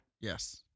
Yes